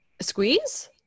Squeeze